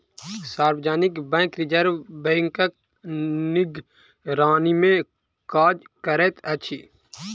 सार्वजनिक bank reserve बैंकक निगरानीमे काज करैत अछि